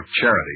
charity